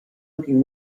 looking